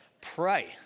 Pray